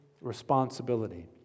responsibility